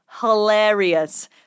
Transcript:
hilarious